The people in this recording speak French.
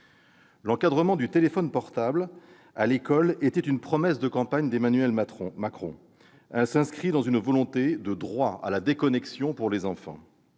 l'usage du téléphone portable à l'école était une promesse de campagne d'Emmanuel Macron, s'inscrivant dans une volonté de garantir un « droit à la déconnexion pour les enfants